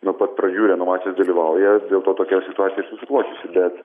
nuo pat pradžių renovacijos dalyvauja dėl to tokia situacija ir susiklosčiusi bet